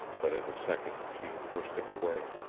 but in a second she had pushed him away.